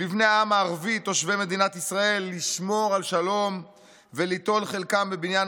לבני העם הערבי תושבי מדינת ישראל לשמור על שלום וליטול חלקם בבניין